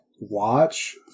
watch